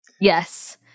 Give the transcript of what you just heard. Yes